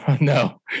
No